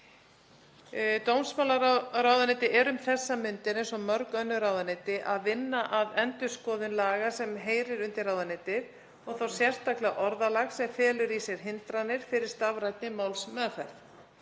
Dómsmálaráðuneytið er um þessar mundir, eins og mörg önnur ráðuneyti, að vinna að endurskoðun laga sem heyra undir ráðuneytið og þá sérstaklega orðalag sem felur í sér hindranir fyrir stafræna málsmeðferð.